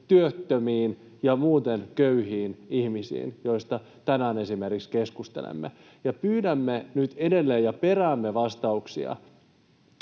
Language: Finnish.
työttömiin ja muuten köyhiin ihmisiin, joista tänään esimerkiksi keskustelemme. Pyydämme ja peräämme nyt edelleen vastauksia